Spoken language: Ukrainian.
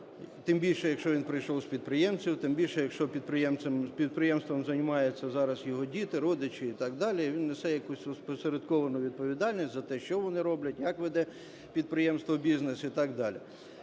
тим більше якщо він прийшов з підприємців, тим більше якщо підприємством займаються зараз його діти, родичі і так далі, він несе якусь опосередковану відповідальність за те, що вони роблять, як веде підприємство бізнес і так далі.